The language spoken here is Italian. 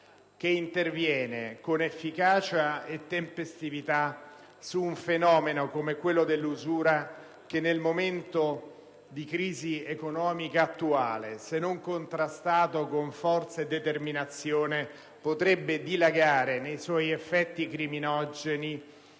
che interviene con efficacia e tempestività su un fenomeno come quello dell'usura che nel momento di crisi economica attuale, se non contrastato con forza e determinazione, potrebbe dilagare nei suoi effetti criminogeni,